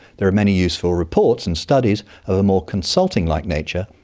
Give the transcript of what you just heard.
there are many useful reports and studies of a more consulting like nature,